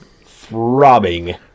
Throbbing